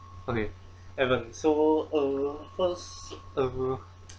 okay evan so uh first uh